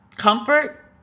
Comfort